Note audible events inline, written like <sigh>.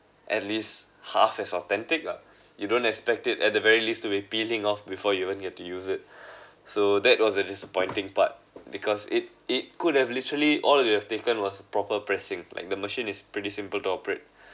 at least half as authentic lah you don't expect it at the very least to be peeling off before you even get to use it <breath> so that was a disappointing part because it it could have literally all of you've taken was a proper pressing like the machine is pretty simple to operate